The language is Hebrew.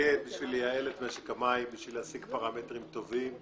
התאגד בשביל לייעל את משק המים בשביל להשיג פרמטרים טובים,